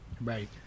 right